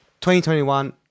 2021